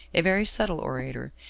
a very subtle orator,